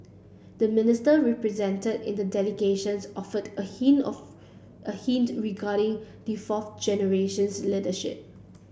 the Minister represented in the delegations offered a him of a hint regarding the fourth generations leadership